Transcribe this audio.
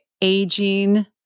aging